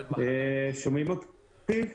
שומעים אותי?